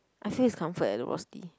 I feel it's comfort eh the Rosti